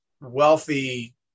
wealthy –